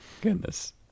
Goodness